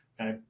Okay